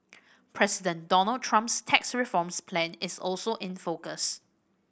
President Donald Trump's tax reforms plan is also in focus